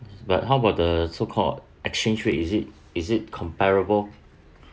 but how about the so called exchange rate is it is it comparable